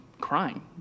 crying